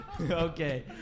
Okay